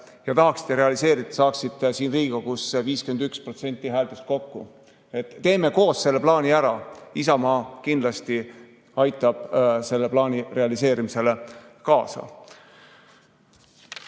ja tahaksite selle realiseerida, siis saaksite siin Riigikogus [vähemalt] 51% häältest kokku. Teeme koos selle plaani ära, Isamaa kindlasti aitab selle plaani realiseerimisele kaasa!